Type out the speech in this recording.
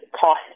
cost